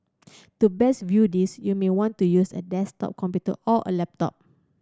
to best view this you may want to use a desktop computer or a laptop